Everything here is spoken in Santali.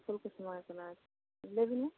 ᱯᱷᱩᱞᱠᱩᱥᱢᱟᱹ ᱜᱮ ᱠᱟᱱᱟ ᱞᱟᱹᱭ ᱵᱮᱱ ᱢᱟ